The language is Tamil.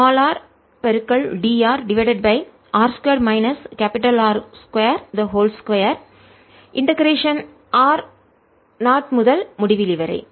r dr divided by r2 minus R2 2 integration r0 முதல் முடிவிலி வரை